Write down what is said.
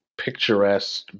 picturesque